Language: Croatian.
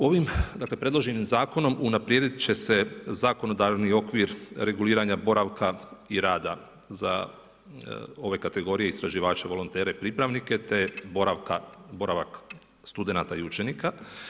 Ovim predloženim zakonom unaprijedit će se zakonodavni okvir reguliranja boravka i rada za ove kategorija istraživače, volontere i pripravnike te boravak studenata i učenika.